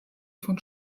von